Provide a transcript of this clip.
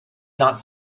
not